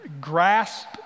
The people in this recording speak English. grasp